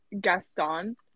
Gaston